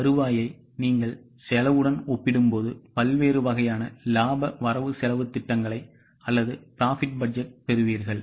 வருவாயை நீங்கள் செலவுடன் ஒப்பிடும்போது பல்வேறு வகையான லாப வரவு செலவுத் திட்டங்களை அல்லது profit பட்ஜெட் பெறுவீர்கள்